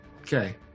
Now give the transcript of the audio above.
Okay